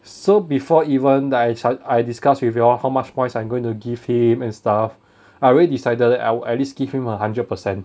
so before even I I discuss with you all how much points I'm going to give him and stuff I already decided I will at least give him a hundred percent